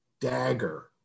dagger